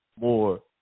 more